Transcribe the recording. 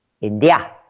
India